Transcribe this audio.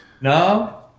No